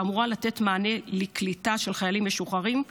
שאמורה לתת מענה לקליטה של חיילים משוחררים,